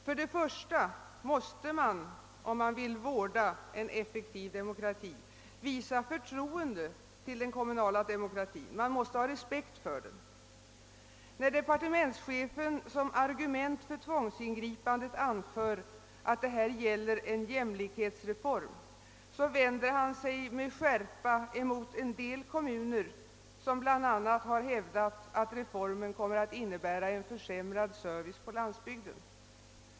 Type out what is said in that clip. Först och främst måste man väl, om man vill vårda en effektiv demokrati, visa förtroende för den kommunala demokratin — man måste ha respekt för den. När departementschefen som argument för tvångsingripandet anför att det gäller en jämlikhetsreform, vänder han sig med skärpa mot en del kommuner som bl.a. har hävdat att reformen kommer att innebära försämrad service på landsbygden.